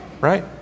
right